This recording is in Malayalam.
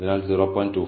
അതിനാൽ 0